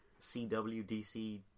CWDC